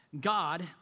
God